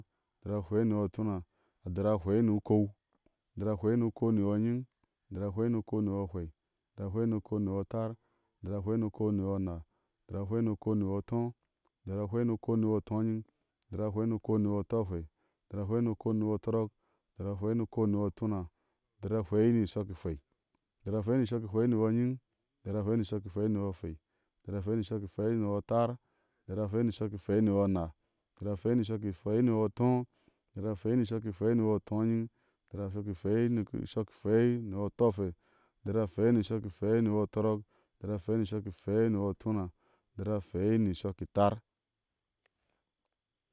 A dari a hwɛi ni yɔ utúúráá. A dari ahwɛli ni ukou. A dari ahwɛli ni ukou ni yɔ anyiŋ, a dari ahwɛli ni ukou ni yɔ ahwei. A dari ahwɛli ni ukou ni yɔ atar. A dari ahwɛli ni ukou ni yɔ anaa. A dari ahwɛli ni ukou ni yɔ ató. A dari ahwɛli ni ukou ni yɔ utoonyiŋ. A dari ahwɛli ni ukou ni yɔ utɔɔhwei. A dari ahwɛli ni ukou ni yɔ utɔrɔk. A dari ahwɛli ni ukou ni yɔ utuuraa. A dari ahwɛli ni shɔk i hwɛi. A dari ahwɛli ni shɔk i hwɛi ni yɔ anyiŋ. A dari ahwɛli ni shɔk i hwɛi ni yɔ ahwɛi. A dari ahwɛli ni shɔk i hwɛi ni yɔ atar. A dari ahwɛli ni shɔk i hwɛi ni yɔ anaa. A dari ahwɛli ni shɔk i hwɛi ni yɔ ató. A dari ahwɛli ni shɔk i hwɛi ni yɔ utooanyin. A dari ahwɛli ni shɔk i hwɛi ni yɔ utɔɔahwɛi. A dari ahwɛli ni shɔk i hwɛi ni yɔ utɔrɔk. A dari ahwɛli ni shɔk i hwɛi ni yɔ utuuraa. A dari ahwɛli ni shɔk itar